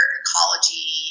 ecology